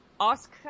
Ask